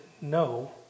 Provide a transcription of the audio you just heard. no